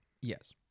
Yes